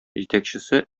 җитәкчесе